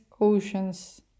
oceans